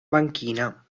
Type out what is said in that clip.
banchina